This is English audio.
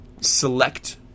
select